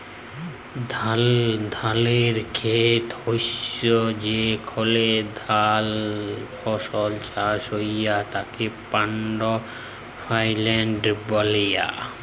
ধালের খেত হচ্যে যেখলে ধাল ফসল চাষ হ্যয় তাকে পাড্ডি ফেইল্ড ব্যলে